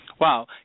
Wow